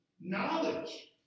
knowledge